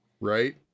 Right